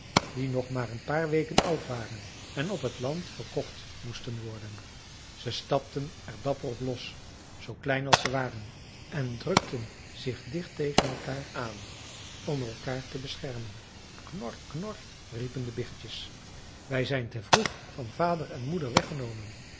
die nog maar een paar weken oud waren en op het land verkocht moesten worden ze stapten er dapper op los zoo klein als ze waren en drukten zich dicht tegen elkaar aan om elkaar te beschermen knor knor riepen de biggetjes wij zijn te vroeg van vader en moeder weggenomen